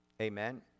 Amen